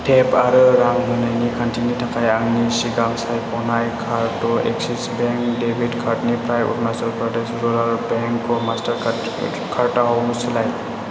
tape आरो रां होनायनि खान्थिनि थाखाय आंनि सिगां सायख'नाय कार्डखौ एक्सिस बैंक डेबिट कार्डनिफ्राय अरुनाचल प्रदेश रुरल बेंकखौ मास्टारकार्दनिफ्राय मास्टारकार्दआव सोलाय